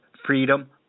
Freedom